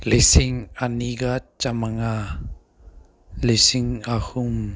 ꯂꯤꯁꯤꯡ ꯑꯅꯤꯒ ꯆꯥꯝꯃꯉꯥ ꯂꯤꯁꯤꯡ ꯑꯍꯨꯝ